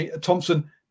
Thompson